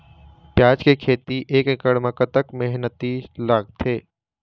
प्याज के खेती एक एकड़ म कतक मेहनती लागथे?